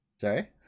Sorry